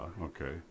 okay